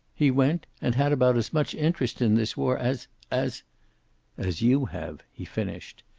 he went, and had about as much interest in this war as as as you have, he finished.